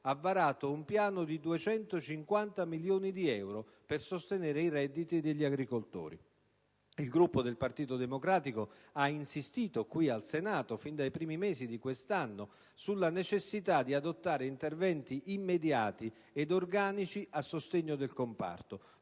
ha varato un piano di 250 milioni di euro per sostenere i redditi degli agricoltori. Il Gruppo del Partito Democratico ha insistito qui, al Senato, fin dai primi mesi di quest'anno sulla necessità di adottare interventi immediati ed organici a sostegno del comparto.